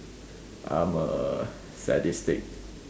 I'm a sadistic